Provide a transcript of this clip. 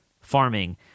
farming